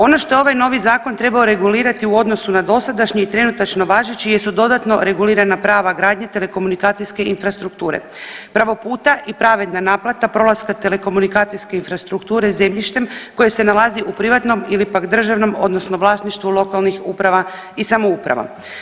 Ono što je ovaj novi zakon trebao regulirati u odnosu na dosadašnji i trenutačno važeći jesu dodatno regulirana prava gradnje telekomunikacijske infrastrukture, pravo puta i pravedna naplata prolaska telekomunikacijske infrastrukture zemljištem koje se nalazi u privatnom ili pak državnom odnosno vlasništvu lokalnih uprava i samouprava.